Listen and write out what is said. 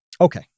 okay